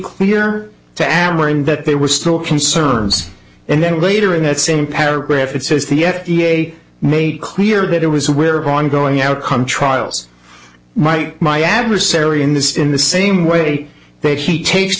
clear to amoraim that they were still concerns and then later in that same paragraph it says the f d a made clear that it was aware of ongoing outcome trials might my adversary in this in the same way that he takes